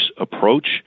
approach